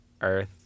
Earth